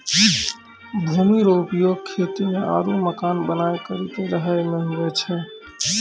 भूमि रो उपयोग खेती मे आरु मकान बनाय करि के रहै मे हुवै छै